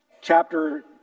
chapter